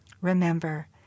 Remember